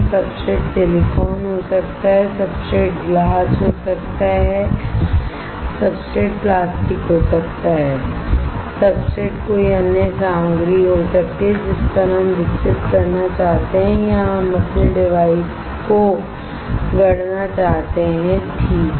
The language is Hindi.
सब्सट्रेट सिलिकॉन हो सकता है सब्सट्रेट ग्लास हो सकता है सब्सट्रेट प्लास्टिक हो सकता है सब्सट्रेट कोई अन्य सामग्री हो सकती है जिस पर हम विकसित करना चाहते हैं या हम अपने डिवाइस को गढ़ना चाहते हैंठीक है